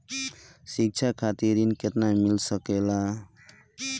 शिक्षा खातिर ऋण केतना मिल सकेला?